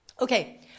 Okay